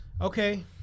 Okay